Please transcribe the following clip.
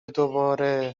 دوباره